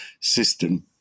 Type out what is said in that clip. system